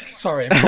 sorry